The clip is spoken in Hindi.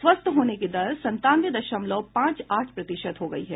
स्वस्थ होने की दर संतानवे दशमलव पांच आठ प्रतिशत हो गयी है